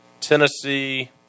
Tennessee